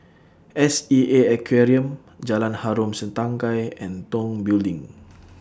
S E A Aquarium Jalan Harom Setangkai and Tong Building